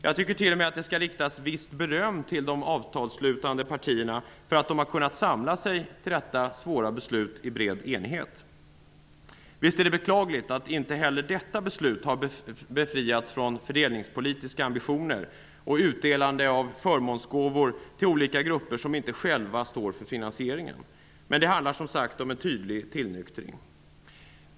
Jag tycker t.o.m. att det skall riktas visst beröm till de avtalsslutande partierna för att de har kunnat samla sig till detta svåra beslut i bred enighet. Visst är det beklagligt att inte heller detta beslut har befriats från fördelningspolitiska ambitioner och utdelande av förmånsgåvor till olika grupper som inte själva står för finansieringen. Men det handlar som sagt om en tydlig tillnyktring.